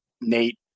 Nate